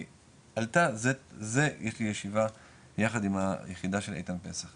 עלתה זה יש לי ישיבה יחד עם היחידה של איתן פסח.